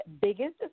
biggest